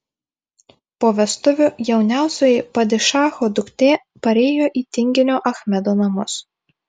po vestuvių jauniausioji padišacho duktė parėjo į tinginio achmedo namus